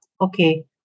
okay